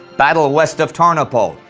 battle west of tarnopol,